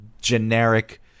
generic